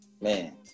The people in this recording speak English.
Man